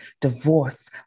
divorce